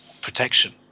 protection